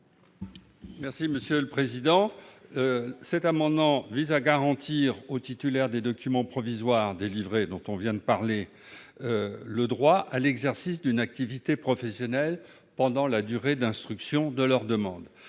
est à M. Richard Yung. Cet amendement vise à garantir aux titulaires des documents provisoires dont on vient de parler le droit à l'exercice d'une activité professionnelle pendant la durée d'instruction de leur demande.